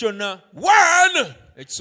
One